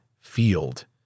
field